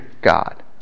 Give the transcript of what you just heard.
God